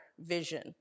vision